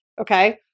Okay